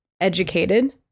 educated